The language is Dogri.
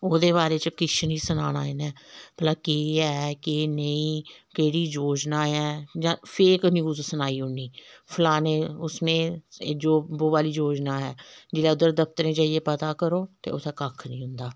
ओहदे बारे च किश निं सनाना इ'नें भला केह् है केह् नेईं केह्ड़ी योजना ऐ जां फेक न्यूज सनाई ओड़नी फलाने उस में जो बो बाली योजना है जिल्लै उद्धर दफतरै जाइयै पता करो ते उत्थै कक्ख निं होंदा